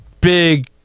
big